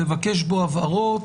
לבקש בו הבהרות.